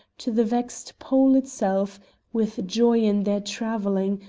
to the vexed pole itself with joy in their travelling,